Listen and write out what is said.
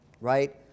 Right